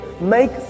make